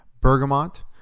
Bergamot